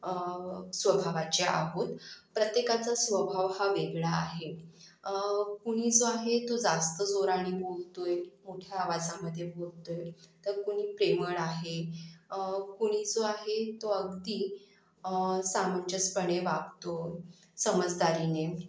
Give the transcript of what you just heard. स्वभावाचे आहोत प्रत्येकाचा स्वभाव हा वेगळा आहे कुणी जो आहे तो जास्त जोरानी बोलतो आहे मोठ्या आवाजामधे बोलतो आहे तर कुणी प्रेमळ आहे कुणी जो आहे तो अगदी समंजसपणे वागतो समजदारीने